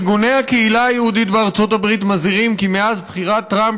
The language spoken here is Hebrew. ארגוני הקהילה היהודית בארצות הברית מזהירים כי מאז בחירת טראמפ